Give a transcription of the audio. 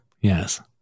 Yes